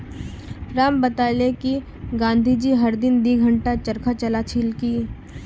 राम बताले कि गांधी जी हर दिन दी घंटा चरखा चला छिल की